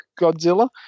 Godzilla